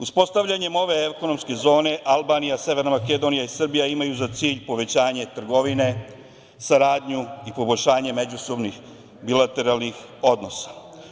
Uspostavljanjem ove ekonomske zone Albanija, Severna Makedonija i Srbija, imaju za cilj povećanje trgovine, saradnju i poboljšanje međusobnih bilateralnih odnosa.